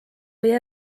või